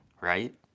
right